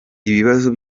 ibibazo